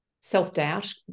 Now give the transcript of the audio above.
self-doubt